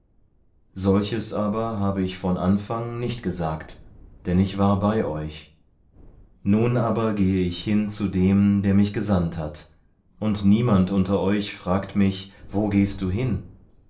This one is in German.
solches aber habe ich von anfang nicht gesagt denn ich war bei euch nun aber gehe ich hin zu dem der mich gesandt hat und niemand unter euch fragt mich wo gehst du hin